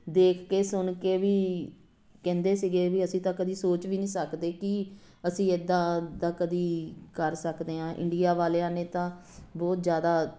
ਦੇਖ ਕੇ ਸੁਣ ਕੇ ਵੀ ਕਹਿੰਦੇ ਸੀਗੇ ਵੀ ਅਸੀਂ ਤਾਂ ਕਦੇ ਸੋਚ ਵੀ ਨਹੀਂ ਸਕਦੇ ਕਿ ਅਸੀਂ ਇੱਦਾਂ ਦਾ ਕਦੇ ਕਰ ਸਕਦੇ ਹਾਂ ਇੰਡੀਆਂ ਵਾਲਿਆਂ ਨੇ ਤਾਂ ਬਹੁਤ ਜ਼ਿਆਦਾ